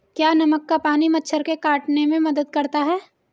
क्या नमक का पानी मच्छर के काटने में मदद करता है?